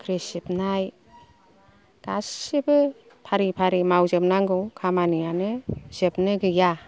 बाख्रि सिबनाय गासिबो फारि फारि मावजोबनांगौ खामानियानो जोबनो गैया